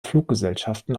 fluggesellschaften